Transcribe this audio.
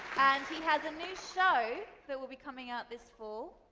and he has a new show that will be coming out this fall.